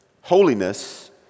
holiness